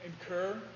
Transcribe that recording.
incur